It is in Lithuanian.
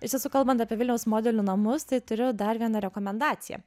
iš tiesų kalbant apie vilniaus modelių namus tai turiu dar vieną rekomendaciją